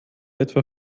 etwa